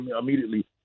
immediately